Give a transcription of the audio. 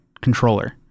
controller